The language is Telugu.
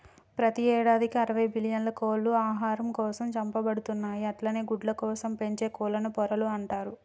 ప్రతి యేడాదికి అరవై బిల్లియన్ల కోళ్లు ఆహారం కోసం చంపబడుతున్నయి అట్లనే గుడ్లకోసం పెంచే కోళ్లను పొరలు అంటరు